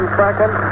second